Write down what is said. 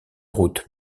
route